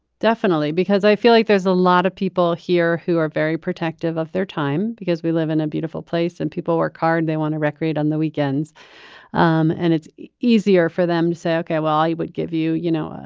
definitely, because i feel like there's a lot of people here who are very protective of their time because we live in a beautiful place and people work hard they want to record it on the weekends um and it's easier for them to say, okay, well, he would give you, you know, ah